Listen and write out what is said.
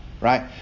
Right